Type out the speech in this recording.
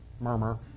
murmur